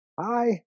hi